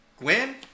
Gwen